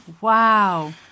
Wow